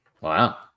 Wow